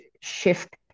shift